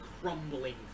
crumbling